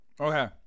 okay